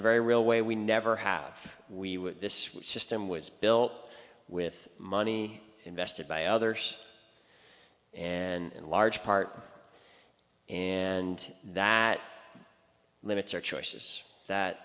a very real way we never have we would this system was built with money invested by others and large part and that limits our choices that